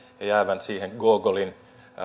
ja jäävän siihen gogolin